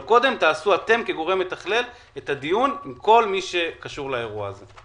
אבל קודם תעשו אתם כגורם מתכלל את הדיון עם כל מי שקשור לאירוע הזה.